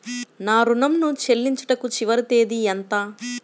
నా ఋణం ను చెల్లించుటకు చివరి తేదీ ఎంత?